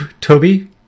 Toby